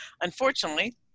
Unfortunately